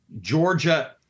Georgia